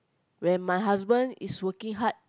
when my husband is working hard